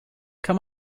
kann